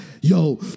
yo